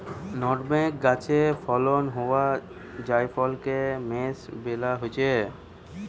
nutmeg গাছে ফলন হোয়া জায়ফলকে মেস বোলা হচ্ছে